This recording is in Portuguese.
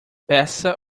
peça